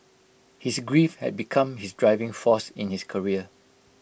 his grief had become his driving force in his career